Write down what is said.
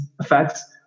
effects